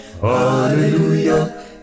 Hallelujah